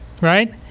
Right